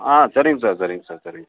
ஆ சரிங்க சார் சரிங்க சார் சரிங்க சார்